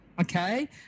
okay